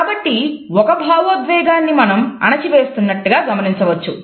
కాబట్టి ఒక భావోద్వేగాన్ని మనం అణచివేస్తున్నట్టుగా గమనించవచ్చు